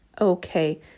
Okay